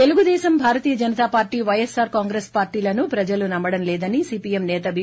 Telugu Desam Bharatiya Janata party YSR Congress పార్టీలను ప్రజలు నమ్మడం లేదని సీపీఎం సేత బి